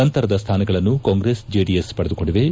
ನಂತರದ ಸ್ಥಾನಗಳನ್ನು ಕಾಂಗ್ರೆಸ್ ಜೆಡಿಎಸ್ ಪಡೆದುಕೊಂಡಿವೆ